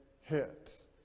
hit